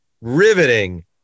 riveting